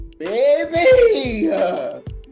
Baby